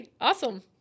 Awesome